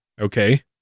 Okay